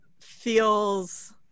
feels